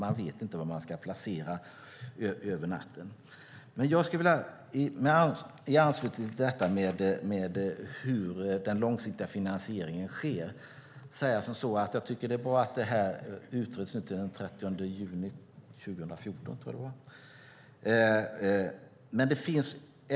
Man vet inte var man ska placera dem över natten. Jag skulle i anslutning till frågan om hur den långsiktiga finansieringen sker vilja säga att jag tycker att det är bra att det här utreds till den 30 juni 2014.